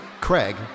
Craig